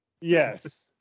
Yes